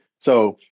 so-